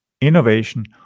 innovation